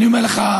אני אומר לך,